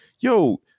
Yo